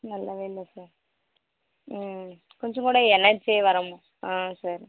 நல்லாவே இல்லை சார் ம் கொஞ்சம் கூட எனர்ஜ் சேவ்வாகற ம ஆ சார்